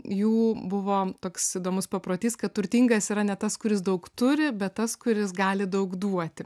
jų buvo toks įdomus paprotys kad turtingas yra ne tas kuris daug turi bet tas kuris gali daug duoti